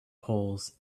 poles